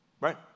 right